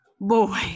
boy